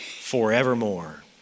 forevermore